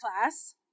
class